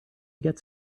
gets